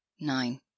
Nine